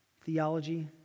theology